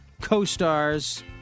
co-stars